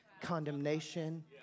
condemnation